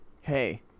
hey